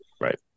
Right